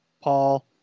Paul